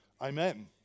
amen